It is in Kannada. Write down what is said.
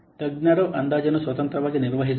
ತಜ್ಞರು ಅಂದಾಜನ್ನು ಸ್ವತಂತ್ರವಾಗಿ ನಿರ್ವಹಿಸಬಹುದು